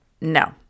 No